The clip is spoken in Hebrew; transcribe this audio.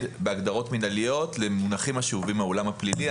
בהגדרות מנהליות למונחים השאובים מהעולם הפלילי.